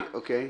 אוקיי.